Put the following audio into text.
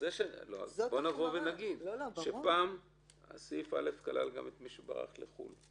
אז בואו נגיד שפעם סעיף (א) כלל גם את מי שברח לחו"ל,